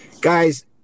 guys